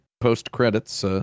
post-credits